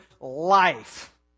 life